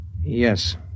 Yes